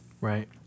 Right